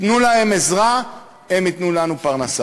תנו להם עזרה, הם ייתנו לנו פרנסה.